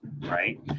right